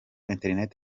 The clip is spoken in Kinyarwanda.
internet